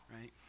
right